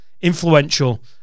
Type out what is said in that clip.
influential